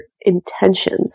intentions